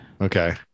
okay